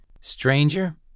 Stranger